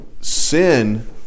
sin